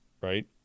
Right